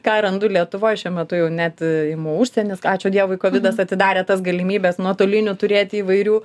ką randu lietuvoj šiuo metu jau net imu užsienis ačiū dievui kovidas atidarė tas galimybes nuotolinių turėti įvairių